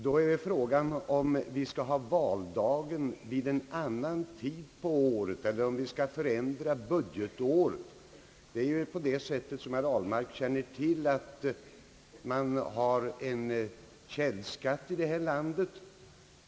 Då är frågan om vi skall ha valdagen vid en annan tid på året eller om vi skall förändra budgetåret. Som herr Ahlmark känner till har vi källskatt i detta land.